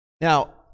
Now